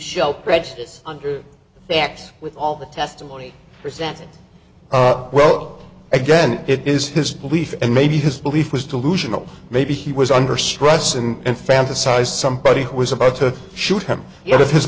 show prejudice under the facts with all the testimony presented well again it is his belief and maybe his belief was delusional maybe he was under stress and fantasize somebody was about to shoot him yet if his